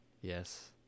Yes